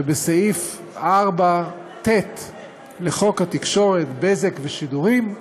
ובסעיף 4ט לחוק התקשורת (בזק ושידורים)